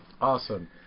Awesome